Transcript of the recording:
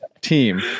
team